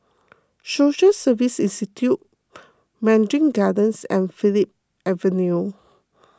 Social Service Institute Mandarin Gardens and Phillips Avenue